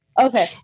Okay